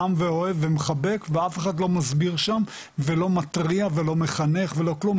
חם ואוהב ומחבק ואף אחד לא מסביר שם ולא מתריע ולא מחנך ולא כלום,